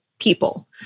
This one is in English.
people